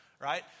right